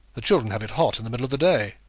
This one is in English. the children have it hot in the middle of the day.